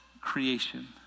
creation